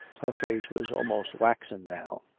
her face was almost waxen now,